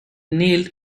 nailed